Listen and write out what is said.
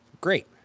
great